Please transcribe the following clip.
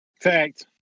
Fact